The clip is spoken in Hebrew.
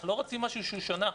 אנחנו לא רוצים משהו שהוא שונה,